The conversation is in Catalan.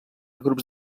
grups